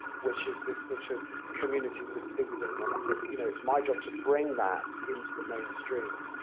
which is this, sort of, communities of feeling and you know my job to bring that into the mainstream.